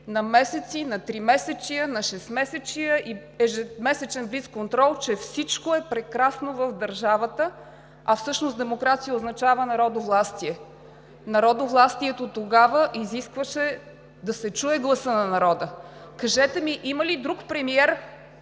на месеци, на тримесечия, на шестмесечия и месечен блицконтрол, че всичко е прекрасно в държавата, а всъщност демокрация означава народовластие. Народовластието тогава изискваше да се чуе гласът на народа. Кажете ми има ли друг премиер,